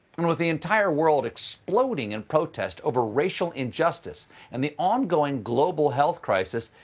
and with the entire world exploding in protest over racial injustice and the ongoing global health crisis,